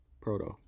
Proto